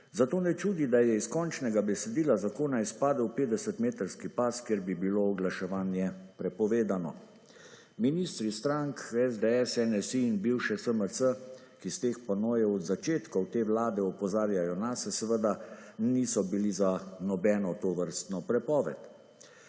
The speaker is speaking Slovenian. Zato me čudi, da je iz končnega besedila zakona izpadel 50 metrski pas, kjer bi bilo oglaševanje prepovedano. Ministri strank SDS, NSi in bivše SMC, ki s teh panojev od začetka te vlade opozarjajo nase, seveda niso bili za nobeno tovrstno prepoved.